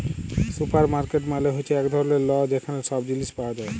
supermarket মালে হ্যচ্যে এক ধরলের ল যেখালে সব জিলিস পাওয়া যায়